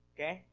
Okay